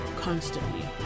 constantly